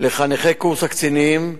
לחניכי קורס הקצינים,